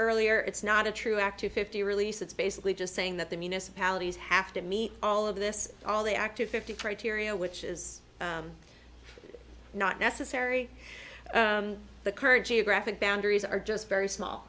earlier it's not a true active fifty release it's basically just saying that the municipalities have to meet all of this all the active fifty criteria which is not necessary the current geographic boundaries are just very small